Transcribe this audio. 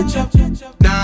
Now